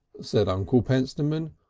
said uncle pentstemon,